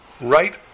right